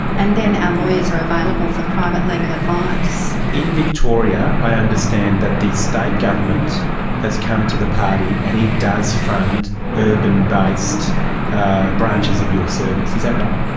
and then our and lawyers are available for private legal advice. in victoria i understand that the state government has come to the party and it does fund urban-based branches of your service. is that right?